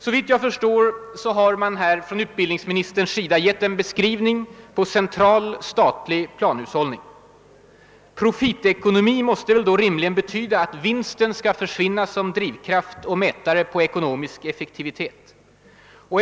Såvitt jag förstår har man här gett en beskrivning av central statlig planhushållning. Att avskaffa »Profitekonomi» måste väl rimligen betyda att vinsten skall försvinna som drivkraft och mätare på ekonomisk effektivitet.